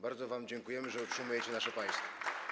Bardzo wam dziękujemy, że utrzymujecie nasze państwo.